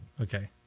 Okay